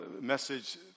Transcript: message